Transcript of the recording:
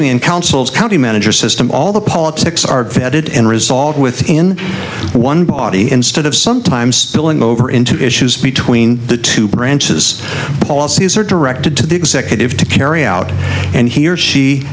county manager system all the politics are vetted and resolved within one body instead of sometimes spilling over into issues between the two branches policies are directed to the executive to carry out and he or she